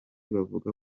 bavuga